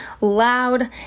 loud